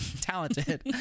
talented